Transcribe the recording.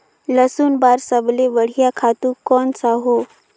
लसुन बार सबले बढ़िया खातु कोन सा हो?